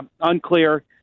unclear